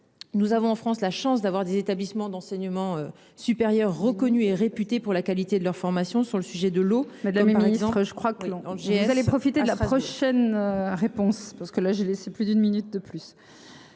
Nous avons en France la chance d'avoir des établissements d'enseignement supérieur reconnu est réputé pour la qualité de leur formation sur le sujet de l'eau. Madame Merkel. Disons que je crois que j'ai profiter de la prochaine. Chen réponse parce que là j'ai laissé plus d'une minute de plus.